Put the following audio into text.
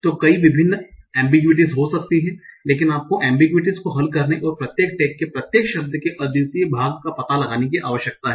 तो कई विभिन्न एम्बिग्यूइटीस हो सकती हैं लेकिन आपको एम्बिग्यूइटीस को हल करने और प्रत्येक टैग के प्रत्येक शब्द के अद्वितीय भाग का पता लगाने की आवश्यकता है